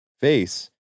face